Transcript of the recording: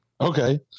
Okay